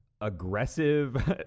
aggressive